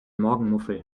morgenmuffel